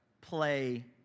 play